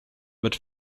but